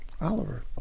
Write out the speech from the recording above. Oliver